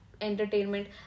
entertainment